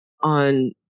on